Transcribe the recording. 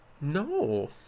No